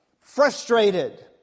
frustrated